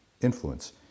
influence